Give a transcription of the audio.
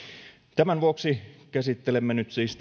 tämän vuoksi käsittelemme nyt siis